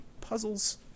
puzzles